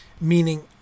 meaning